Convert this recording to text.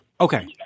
Okay